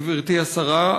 גברתי השרה,